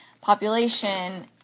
population